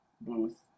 booth